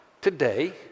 today